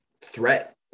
threat